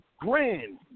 grand